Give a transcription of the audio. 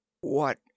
What